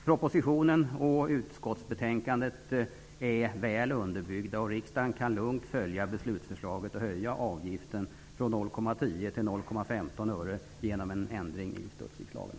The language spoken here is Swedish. Propositionen och utskottsbetänkandet är väl underbyggda. Riksdagen kan lugnt följa beslutsförslaget att höja avgiften från 0,10 öre till 0,15 öre med hjälp av en ändring i Studsvikslagen.